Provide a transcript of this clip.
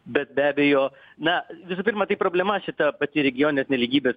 bet be abejo na visų pirma tai problema šita pati regioninės nelygybės